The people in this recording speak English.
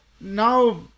now